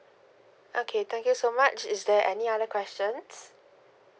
okay thank you so much is there any other questions